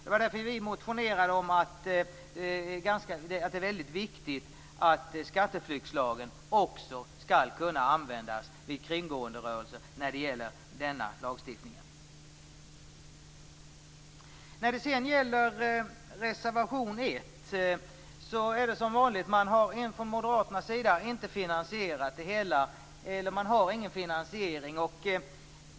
Det var därför vi motionerade om vikten av att skatteflyktslagen också skall kunna användas mot kringgående rörelser som berör denna lagstiftning. Sedan finns där reservation 1. Som vanligt har Moderaterna inte någon finansiering.